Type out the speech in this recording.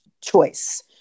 choice